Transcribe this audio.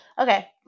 Okay